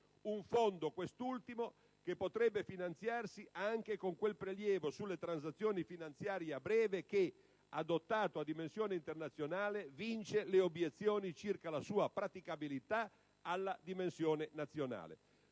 un fondo che potrebbe finanziarsi anche con quel prelievo sulle transazioni finanziarie a breve che, adottato a dimensione internazionale, vince le obiezioni circa la sua praticabilità nella dimensione nazionale.